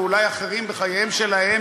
ואולי אחרים בחייהם שלהם,